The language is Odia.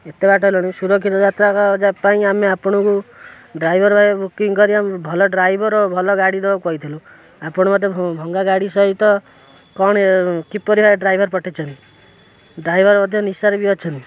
ଏତେ ବାଟ ହେଲୁଣି ସୁରକ୍ଷିତ ଯାତ୍ରା ପାଇଁ ଆମେ ଆପଣଙ୍କୁ ଡ୍ରାଇଭର୍ ବୁକିଂ କରି ଭଲ ଡ୍ରାଇଭର୍ ଭଲ ଗାଡ଼ି ଦେବାକୁ କହିଥିଲୁ ଆପଣ ମୋତେ ଭଙ୍ଗା ଗାଡ଼ି ସହିତ କଣ କିପରି ଭାବେ ଡ୍ରାଇଭର୍ ପଠେଇଛନ୍ତି ଡ୍ରାଇଭର୍ ମଧ୍ୟ ନିଶାରେ ବି ଅଛନ୍ତି